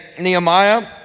Nehemiah